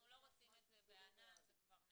אנחנו לא רוצים את זה בענן, זה כבר נאמר.